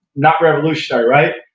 not revolutionary right?